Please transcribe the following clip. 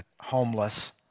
homeless